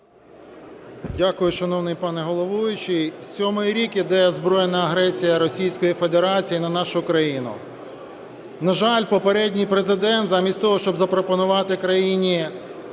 Дякую, шановний пане головуючий. Сьомий рік іде збройна агресія Російської Федерації на нашу країну. На жаль, попередній Президент замість того щоб запропонувати країні